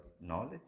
knowledge